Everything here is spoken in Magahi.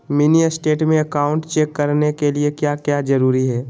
मिनी स्टेट में अकाउंट चेक करने के लिए क्या क्या जरूरी है?